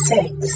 Six